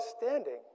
standing